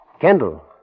Kendall